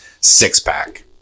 six-pack